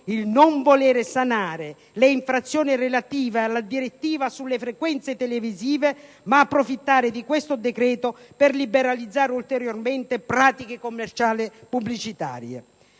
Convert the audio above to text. il non voler sanare le infrazioni relative alla direttiva sulle frequenze televisive, mentre si approfitta di questo decreto per liberalizzare ulteriormente pratiche commerciali pubblicitarie.